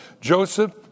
Joseph